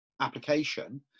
application